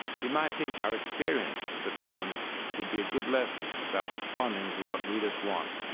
you might think our experience with the times would be a good lesson about responding to what readers want,